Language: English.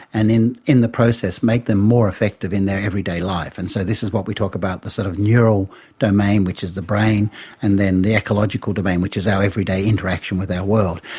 and in in the process make them more effective in their everyday life. and so this is what we talk about, the sort of neural domain which is the brain and then the ecological domain which is our everyday interaction with our world.